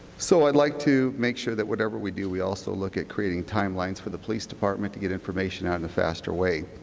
so i would like to make sure that whatever we do, we also look at creating timelines for the police department to get information out in a faster way.